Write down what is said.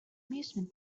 amusement